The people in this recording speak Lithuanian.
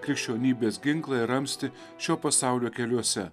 krikščionybės ginklą ir ramstį šio pasaulio keliuose